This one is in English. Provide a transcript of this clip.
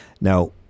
now